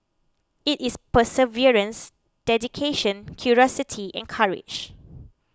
it is perseverance dedication curiosity and courage